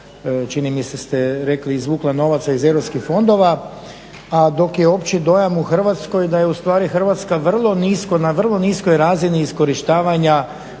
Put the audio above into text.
mi se ste rekli, izvukla novaca iz europskih fondova, a dok je opći dojam u Hrvatskoj da je ustvari Hrvatska vrlo nisko, na vrlo niskoj razini iskorištavanja